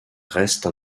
reste